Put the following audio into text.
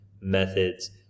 methods